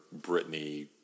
Britney